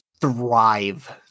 thrive